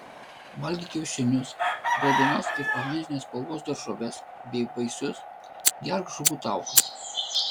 valgyk kiaušinius raudonos ir oranžinės spalvos daržoves bei vaisius gerk žuvų taukus